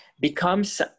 becomes